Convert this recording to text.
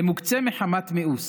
למוקצה מחמת מיאוס.